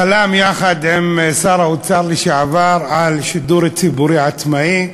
חלם יחד עם שר האוצר לשעבר על שידור ציבורי עצמאי.